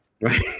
Right